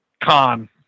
Con